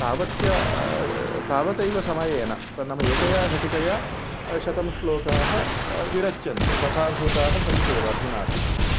तावत्या तावतैव समयेन तन् नाम एकया घटिकया शतं श्लोकाः विरच्यन्ते तथा भूताः सन्त्येव अधुनापि